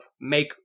make